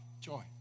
joy